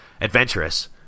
adventurous